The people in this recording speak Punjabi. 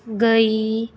ਗਈ